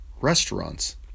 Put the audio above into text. restaurants